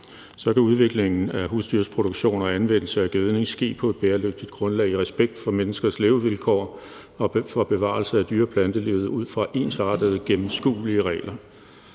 Så kan udviklingen af husdyrproduktion og anvendelse af gødning ske på et bæredygtigt grundlag i respekt for menneskers livsvilkår og for bevarelse af dyre- og plantelivet ud fra ensartede og gennemskuelige regler.